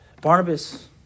Barnabas